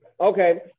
Okay